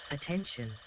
Attention